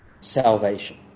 salvation